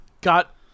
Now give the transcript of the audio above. got